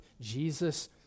Jesus